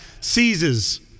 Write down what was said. seizes